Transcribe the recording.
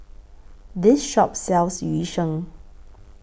This Shop sells Yu Sheng